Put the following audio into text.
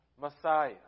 Messiah